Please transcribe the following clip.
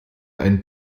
ein